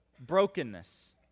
brokenness